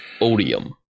Odium